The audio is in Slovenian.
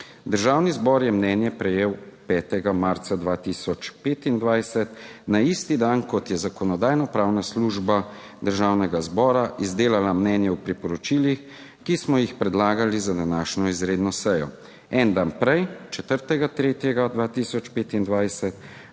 Državni zbor je mnenje prejel 5. marca 2025, na isti dan, kot je Zakonodajno-pravna služba Državnega zbora izdelala mnenje o priporočilih, ki smo jih predlagali za današnjo izredno sejo. En dan prej, 4. 3. 2025,